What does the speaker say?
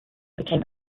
became